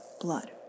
blood